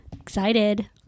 Excited